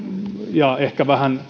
ja ehkä vähän